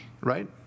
right